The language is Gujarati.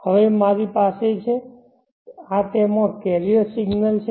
હવે મારી પાસે છે આ તેમાં કેરીઅર સિગ્નલ્સ છે